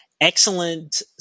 excellent